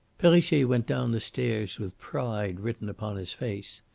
perrichet went down the stairs with pride written upon his face.